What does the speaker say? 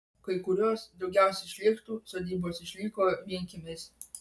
kai kurios daugiausiai šlėktų sodybos išliko vienkiemiais